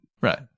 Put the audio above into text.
Right